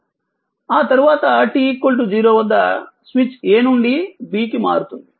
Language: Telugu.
ఆ తరువాత t 0 వద్ద స్విచ్ A నుండి B కి మారుతుంది